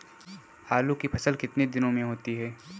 आलू की फसल कितने दिनों में होती है?